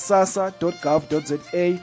Sasa.gov.za